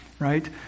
Right